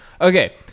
Okay